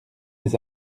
des